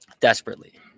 Desperately